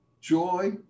Joy